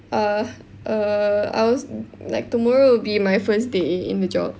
uh err I was like tomorrow will be my first day in the job